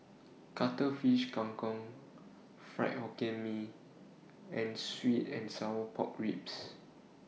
Cuttlefish Kang Kong Fried Hokkien Mee and Sweet and Sour Pork Ribs